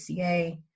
ACA